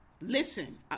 listen